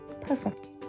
perfect